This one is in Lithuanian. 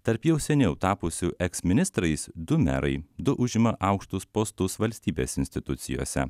tarp jau seniau tapusių eksministrais du merai du užima aukštus postus valstybės institucijose